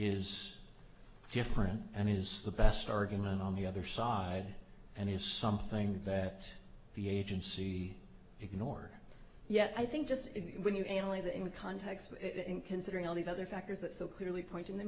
is different and it is the best argument on the other side and it's something that the agency ignore yet i think just when you analyze it in the context of considering all these other factors that so clearly point in